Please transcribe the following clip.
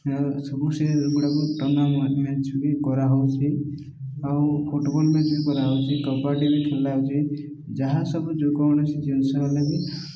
ସବୁ ସେ ଗୁଡ଼ାକୁ ଟୁର୍ଣ୍ଣାମେଣ୍ଟ ମ୍ୟାଚ୍ ବି କରାହଉଛି ଆଉ ଫୁଟବଲ୍ ମ୍ୟାଚ୍ ବି କରାହଉଛି କବାଡ଼ି ବି ଖେଳା ହେଉଛି ଯାହା ସବୁ ଯେକୌଣସି ଜିନିଷ ହେଲେ ବି